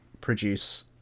produce